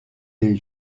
des